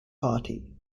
party